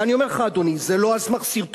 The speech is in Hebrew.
ואני אומר לך, אדוני, זה לא על סמך סרטונים.